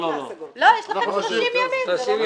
יש לנו פחות זמן להגיש את ההשגות.